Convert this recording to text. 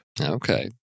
Okay